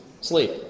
Sleep